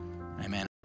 Amen